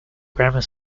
grammar